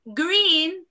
green